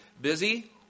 Busy